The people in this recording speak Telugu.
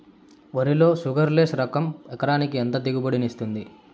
వరి లో షుగర్లెస్ లెస్ రకం ఎకరాకి ఎంత దిగుబడినిస్తుంది